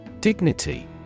Dignity